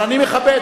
אבל אני מכבד.